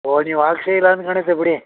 ಓಹ್ ನೀವು ಹಾಕ್ಸೇ ಇಲ್ಲ ಅಂತ ಕಾಣುತ್ತೆ ಬಿಡಿ